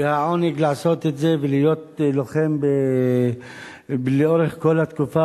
והעונג לעשות את זה ולהיות לוחם לאורך כל התקופה